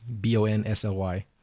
B-O-N-S-L-Y